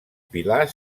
pilar